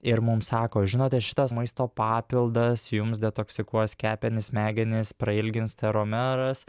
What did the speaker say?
ir mum sako žinote šitas maisto papildas jums detoksikuos kepenis smegenis prailgins telomeras